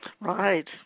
Right